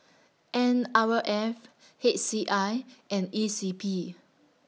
N Our F H C I and E C P